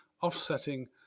offsetting